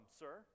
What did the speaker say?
sir